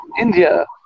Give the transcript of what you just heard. India